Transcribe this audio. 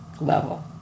level